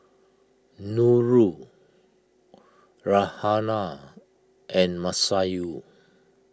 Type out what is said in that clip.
Nurul Raihana and Masayu